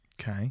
Okay